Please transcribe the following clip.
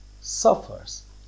suffers